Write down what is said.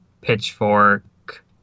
Pitchfork